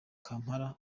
kampala